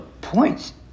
points